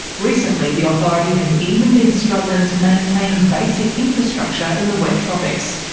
recently the authority has even been struggling to maintain basic infrastructure in the wet tropics,